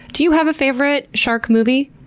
do you have a favorite shark movie?